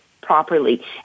properly